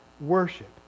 Worship